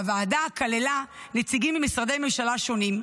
הוועדה כללה נציגים ממשרדי ממשלה שונים,